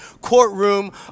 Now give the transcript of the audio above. courtroom